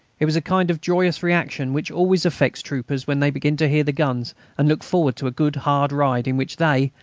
it was a kind of joyous reaction which always affects troopers when they begin to hear the guns and look forward to a good hard ride in which they,